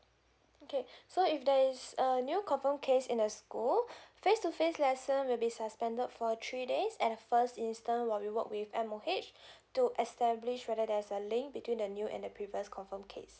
okay so if there is a new confirm case in a school face to face lesson will be suspended for three days and first instant what we work with M_O_H to establish whether there's a link between the new and the previous confirm case